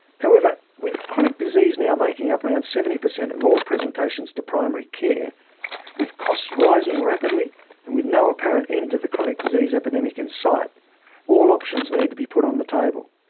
however with chronic disease now making up around seventy percent of all presentations to primary care with costs rising rapidly and with no apparent end to the chronic disease epidemic in sight, all options need to be put on the table.